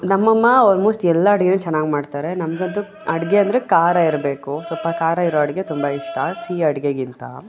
ನಮ್ಮಅಮ್ಮ ಆಲ್ಮೋಸ್ಟ್ ಎಲ್ಲ ಅಡುಗೇನೂ ಚೆನ್ನಾಗ್ ಮಾಡ್ತಾರೆ ನಮಗಂತೂ ಅಡುಗೆ ಅಂದರೆ ಖಾರ ಇರಬೇಕು ಸ್ವಲ್ಪ ಖಾರ ಇರುವ ಅಡುಗೆ ತುಂಬ ಇಷ್ಟ ಸಿಹಿ ಅಡುಗೆಗಿಂತ